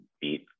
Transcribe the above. beat